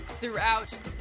throughout